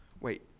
Wait